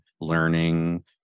learning